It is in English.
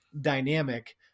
dynamic